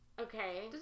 Okay